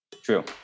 True